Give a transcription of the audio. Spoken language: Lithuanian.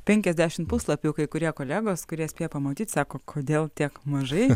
penkiasdešimt puslapių kai kurie kolegos kurie spėjo pamatyt sako kodėl tiek mažai